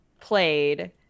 played